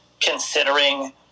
considering